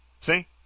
See